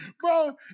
Bro